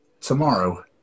tomorrow